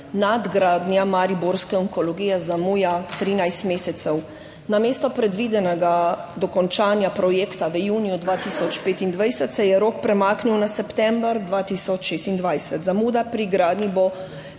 Nadgradnja mariborske onkologije zamuja 13 mesecev, namesto predvidenega dokončanja projekta v juniju 2025 se je rok premaknil na september 2026. Zamuda pri gradnji bo